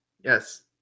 Yes